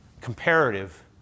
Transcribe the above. comparative